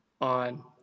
on